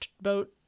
boat